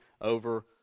over